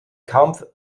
kampf